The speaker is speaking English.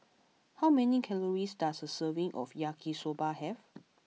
how many calories does a serving of Yaki Soba have